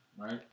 Right